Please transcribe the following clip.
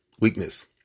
weakness